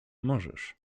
możesz